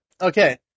Okay